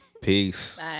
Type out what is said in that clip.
Peace